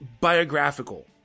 biographical